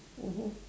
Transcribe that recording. mmhmm